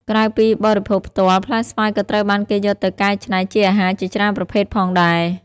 ក្រៅពីបរិភោគផ្ទាល់ ផ្លែស្វាយក៏ត្រូវបានគេយកទៅកែច្នៃជាអាហារជាច្រើនប្រភេទផងដែរ។